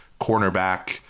cornerback